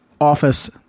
office